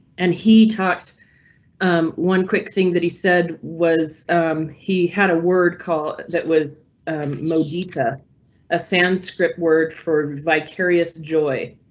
and he talked um one quick thing that he said was he had a word called that was modi to a sanskrit word for vicarious joy.